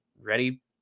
ready